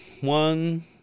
one